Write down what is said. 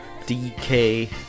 DK